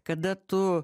kada tu